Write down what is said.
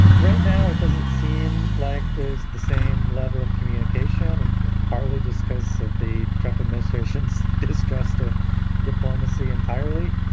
right now, it doesn't seem like there's the same level of communication and partly just because of the trump administration's distrust of diplomacy entirely.